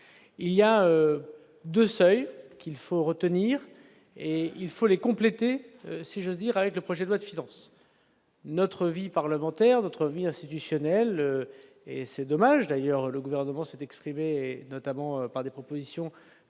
il y a 2 seuils qu'il faut retenir, et il faut les compléter, si j'ose dire, avec le projet de loi de finances. Notre vie parlementaire notre vie institutionnelle et c'est dommage d'ailleurs, le gouvernement s'est exprimé notamment par des propositions